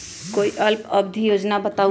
कोई अल्प अवधि योजना बताऊ?